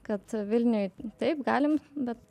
kad vilniuj taip galim bet